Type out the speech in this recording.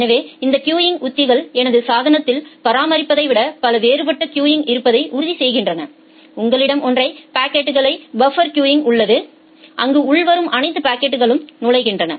எனவே இந்த கியூங் உத்திகள் எனது சாதனத்தில் பராமரிப்பதை விட பல வேறுபட்ட கியூகள் இருப்பதை உறுதிசெய்கின்றன உங்களிடம் ஒற்றை பாக்கெட் பஃப்பர் கியூங் உள்ளது அங்கு உள்வரும் அனைத்து பாக்கெட்டுகளும் நுழைகின்றன